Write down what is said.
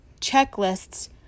checklists